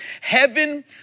Heaven